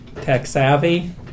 tech-savvy